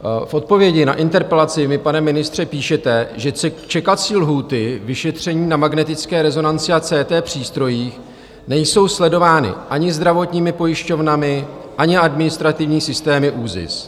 V odpovědi na interpelaci mi, pane ministře, píšete, že čekací lhůty vyšetření na magnetické rezonanci a CT přístrojích nejsou sledovány ani zdravotními pojišťovnami, ani administrativními systémy ÚZIS.